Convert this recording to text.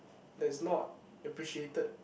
that's not appreciated